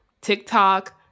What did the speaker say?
TikTok